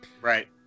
right